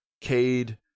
Cade